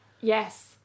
Yes